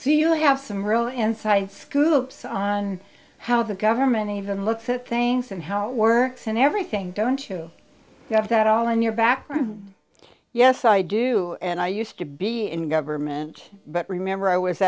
so you have some real inside scoop on how the government even looks at things and how it works in everything don't you have to at all in your back yes i do and i used to be in government but remember i was